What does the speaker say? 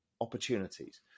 opportunities